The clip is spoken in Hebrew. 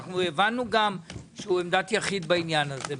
הבנו שהוא בעמדת יחיד בעניין הזה,